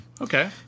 Okay